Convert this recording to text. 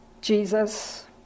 Jesus